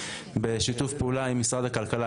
בשיתוף פעולה עם משרד הכלכלה.